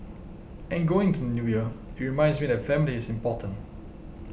and going into the New Year it reminds me that family is important